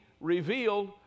revealed